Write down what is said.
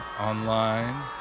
online